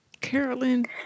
Carolyn